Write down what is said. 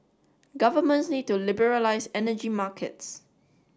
governments need to liberalize energy markets